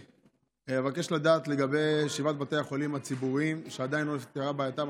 אבקש לדעת לגבי שבעת בתי החולים הציבוריים שעדיין לא נפתרה בעייתם.